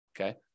okay